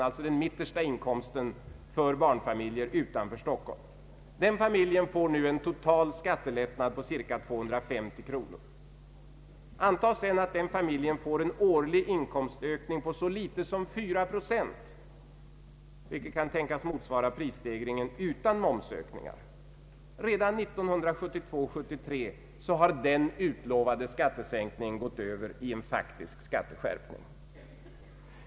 Det är medianinkomsten för barnfamiljer utanför Stockholm. Den familjen får nu en total skattelättnad på cirka 250 kronor. Antag sedan att familjen får en årlig inkomstökning på så lite som fyra procent, vilket kan tänkas motsvara prisstegringen utan momsökningar. Redan 1972/73 så har den utlovade skattelättnaden gått över i en faktisk skatteskärpning.